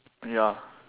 ya